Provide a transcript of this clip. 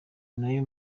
nayo